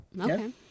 Okay